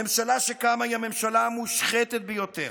הממשלה שקמה היא הממשלה המושחתת ביותר.